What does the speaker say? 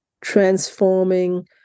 transforming